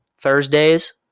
Thursdays